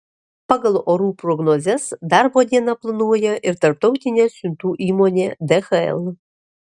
pagal orų prognozes darbo dieną planuoja ir tarptautinė siuntų įmonė dhl